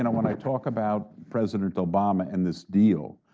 and when i talk about president obama and this deal.